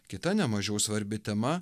kita nemažiau svarbi tema